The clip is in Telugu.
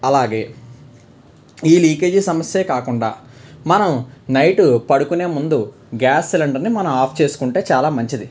అలాగే ఈ లీకేజీ సమస్య కాకుండా మనం నైట్ పడుకునే ముందు గ్యాస్ సిలిండర్ని మనం ఆఫ్ చేసుకుంటే చాలా మంచిది